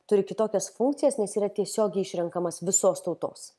turi kitokias funkcijas nes yra tiesiogiai išrenkamas visos tautos